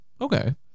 Okay